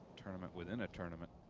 tournament within a tournament.